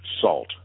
salt